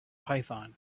python